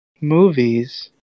Movies